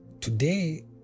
Today